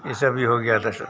ये सब भी हो गया था सर